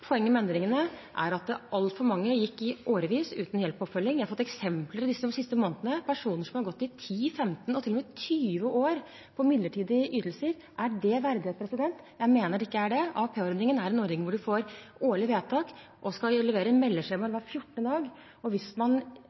at altfor mange gikk i årevis uten hjelp og oppfølging. Jeg har de siste månedene fått eksempler på personer som har gått i 10, 15 og til og med 20 år på midlertidige ytelser. Er det verdighet? Jeg mener det ikke er det. AAP-ordningen er en ordning hvor man får årlige vedtak og skal levere inn meldeskjemaer hver 14. dag. Hvis man